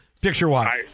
picture-wise